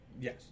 Yes